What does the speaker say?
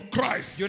Christ